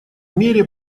мере